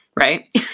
Right